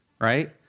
right